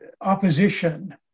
opposition